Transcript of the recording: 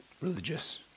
religious